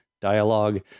dialogue